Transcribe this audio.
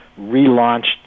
relaunched